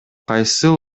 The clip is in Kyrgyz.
кайсыл